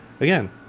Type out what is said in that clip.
again